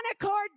accord